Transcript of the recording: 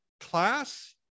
Class